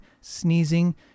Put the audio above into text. sneezing